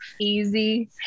easy